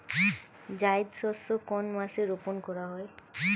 জায়িদ শস্য কোন মাসে রোপণ করা হয়?